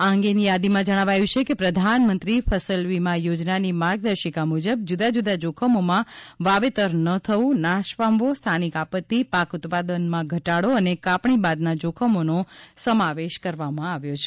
આ અંગેની યાદીમાં જણાવાયું છે કે પ્રધાનમંત્રી ફસલ બીમા યોજનાની માર્ગદર્શિકા મુજબ જુદા જુદા જોખમોમાં વાવેતર ન થવું નાશ પામવો સ્થાનિક આપત્તિ પાક ઉત્પાદનમાં ઘટાડો અને કાપણી બાદના જોખમોનો સમાવેશ થાય છે